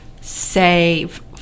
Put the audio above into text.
save